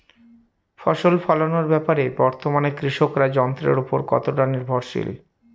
ফসল ফলানোর ব্যাপারে বর্তমানে কৃষকরা যন্ত্রের উপর কতটা নির্ভরশীল?